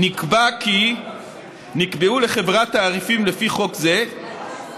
נקבע כי "נקבעו לחברה תעריפים לפי חוק זה,